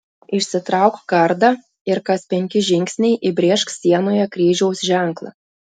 išsitrauk kardą ir kas penki žingsniai įbrėžk sienoje kryžiaus ženklą